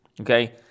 okay